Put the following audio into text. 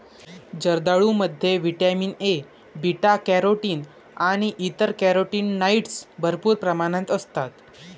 जर्दाळूमध्ये vitamin A, beta carotene आणि इतर कॅरोटीनॉइड्स भरपूर प्रमाणात असतात